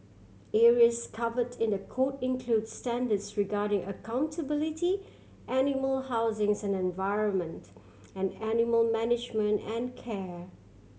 areas covered in the code include standards regarding accountability animal housings and environment and animal management and care